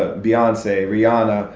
ah beyonce, rihanna,